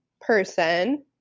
person